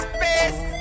Space